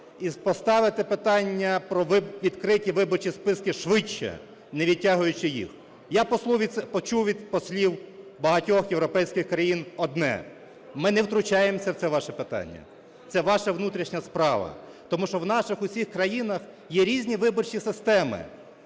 і поставити питання про відкриті виборчі списки швидше, не відтягуючи їх. Я почув від послів багатьох європейських країн одне: "Ми не втручаємося в це ваше питання. Це ваша внутрішня справа". Тому що в наших усіх країнах є різні виборчі системи.